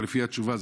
לפי התשובה,